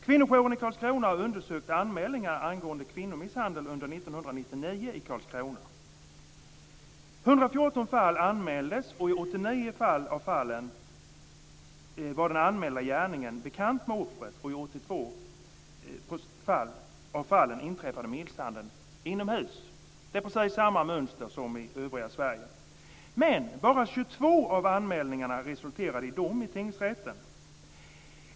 Kvinnojouren i Karlskrona har undersökt anmälningar angående kvinnomisshandel under 1999 i Karlskrona. 114 fall anmäldes och i 89 fall av dem var den anmälda gärningsmannen bekant med offret och i 82 av fallen inträffade misshandeln inomhus. Det är precis samma mönster som i övriga Sverige. Men bara 22 av anmälningarna resulterade i dom i tingsrätten.